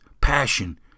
passion